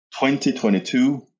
2022